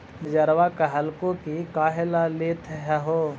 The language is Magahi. मैनेजरवा कहलको कि काहेला लेथ हहो?